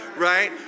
right